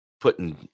putting